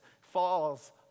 falls